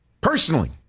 Personally